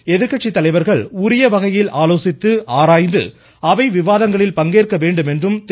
எனவே எதிர்கட்சி தலைவர்கள் உரிய வகையில் ஆலோசித்து ஆராய்ந்து அவை விவாதங்களில் பங்கேற்க வேண்டும் என்று திரு